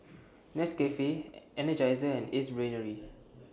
Nescafe Energizer and Ace Brainery